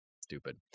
Stupid